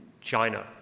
China